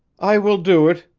i will do it,